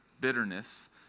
bitterness